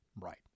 Right